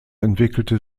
entwickelte